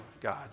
God